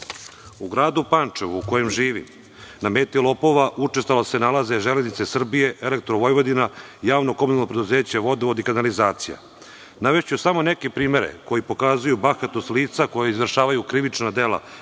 gradu Pančevu, u kojem živim, na meti lopova, učestalo se nalaze „Železnice Srbije“, „Elektrovojvodina“, JP „Vodovod i kanalizacija“.Navešću samo neke primere koji pokazuju bahatost lica koja izvršavaju krivična dela